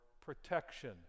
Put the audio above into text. protection